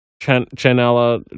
Chanela